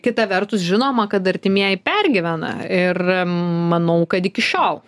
kita vertus žinoma kad artimieji pergyvena ir manau kad iki šiol